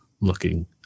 looking